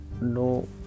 no